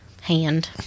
hand